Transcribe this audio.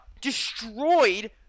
destroyed